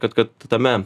kad kad tame